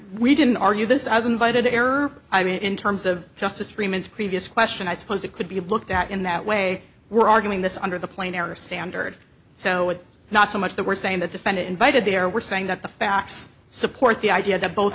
we didn't argue this i was invited to error i mean in terms of justice freeman's previous question i suppose it could be looked at in that way we're arguing this under the plain error standard so it's not so much that we're saying the defendant invited there we're saying that the facts support the idea that both